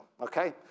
okay